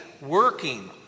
working